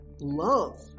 love